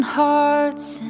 hearts